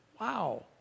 Wow